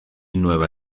nueva